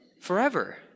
forever